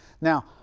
Now